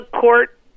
court